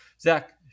Zach